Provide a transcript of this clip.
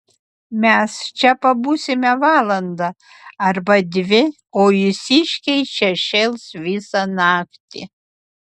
mes čia pabūsime valandą arba dvi o jūsiškiai čia šėls visą naktį